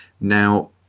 now